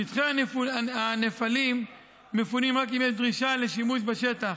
שטחי הנפלים מפונים רק אם יש דרישה לשימוש בשטח